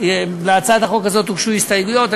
להצעת החוק הזו הוגשו הסתייגויות.